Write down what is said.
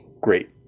great